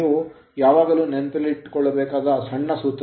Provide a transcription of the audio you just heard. ನೀವು ಯಾವಾಗಲೂ ನೆನಪಿಟ್ಟುಕೊಳ್ಳಬೇಕಾದ ಸಣ್ಣ ಸೂತ್ರ